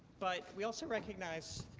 but we also recognize